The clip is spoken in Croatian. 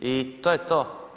I to je to.